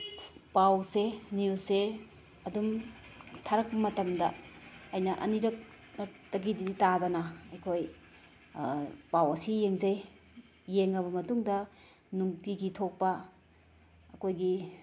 ꯄꯥꯎꯁꯦ ꯅ꯭ꯌꯨꯁꯁꯦ ꯑꯗꯨꯝ ꯊꯥꯔꯛꯄ ꯃꯇꯝꯗ ꯑꯩꯅ ꯑꯅꯤꯔꯛꯇꯒꯤꯗꯤ ꯇꯥꯗꯅ ꯑꯩꯈꯣꯏ ꯄꯥꯎ ꯑꯁꯤ ꯌꯦꯡꯖꯩ ꯌꯦꯡꯉꯕ ꯃꯇꯨꯡꯗ ꯅꯨꯡꯇꯤꯒꯤ ꯊꯣꯛꯄ ꯑꯩꯈꯣꯏꯒꯤ